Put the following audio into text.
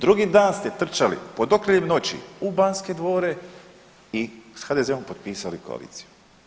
Drugi dan ste trčali pod okriljem noći u Banske dvore i s HDZ-om potpisali koaliciju.